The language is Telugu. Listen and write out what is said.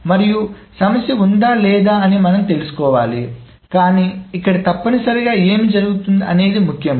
మరియు సమస్య ఉందా లేదా అని మనం తెలుసుకోవాలి కాని ఇక్కడ తప్పనిసరిగా ఏమి జరుగుతోంది అనేది ముఖ్యం